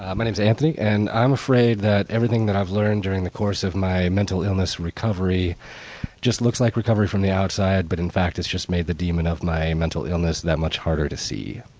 my name's anthony, and i'm afraid that everything that i've learned during the course of my mental illness recovery just looks like recovery from the outside, but in fact it's just made the demon of my mental illness that much harder to see.